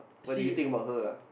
what do you think about her lah